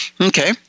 Okay